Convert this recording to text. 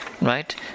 Right